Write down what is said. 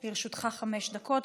לרשותך חמש דקות,